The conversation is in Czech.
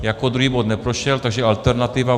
Jako druhý bod neprošel, takže alternativa.